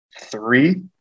three